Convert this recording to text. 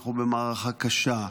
שאנחנו במערכה קשה,